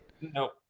no